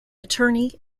attorney